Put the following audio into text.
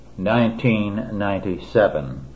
1997